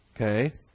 Okay